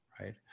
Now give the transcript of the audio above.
right